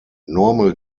normal